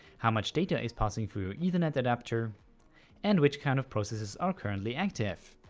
how much data is passing through ethernet, adapter and which kind of processes are currently active.